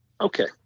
Okay